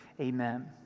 amen